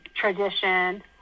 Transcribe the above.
tradition